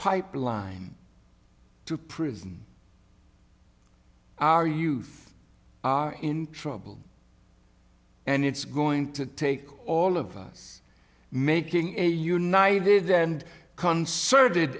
pipeline to prison our youth are in trouble and it's going to take all of us making a united and concerted